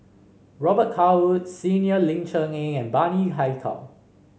Robet Carr Woods Senior Ling Cher Eng and Bani Haykal